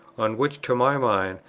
on which, to my mind,